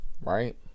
right